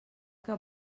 que